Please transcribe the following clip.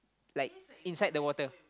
like inside the water